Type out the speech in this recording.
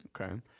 Okay